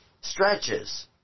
Stretches